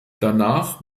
danach